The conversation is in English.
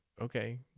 okay